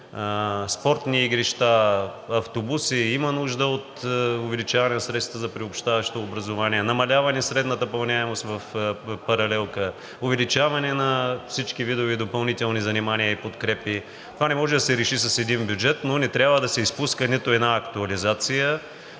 спортни игрища, автобуси. Има нужда от увеличаване на средствата за приобщаващо образование, намаляване на средната пълняемост в паралелка, увеличаване на всички видове допълнителни занимания и подкрепи. Това не може да се реши с един бюджет, но не трябва да се изпуска нито една актуализация,